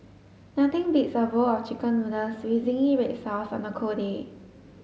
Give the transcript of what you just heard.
nothing beats a bowl of chicken noodles with zingy red sauce on a cold day